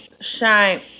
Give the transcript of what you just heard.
shine